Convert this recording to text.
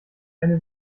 eine